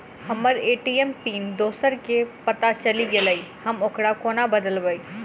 हम्मर ATM PIN दोसर केँ पत्ता चलि गेलै, हम ओकरा कोना बदलबै?